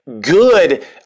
good